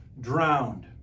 drowned